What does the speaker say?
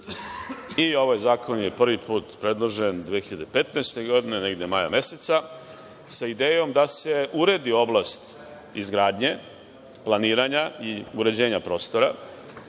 I ovaj zakon je prvi put predložen 2015. godine, negde maja meseca, sa idejom da se uredi oblast izgradnje, planiranja i uređenja prostora,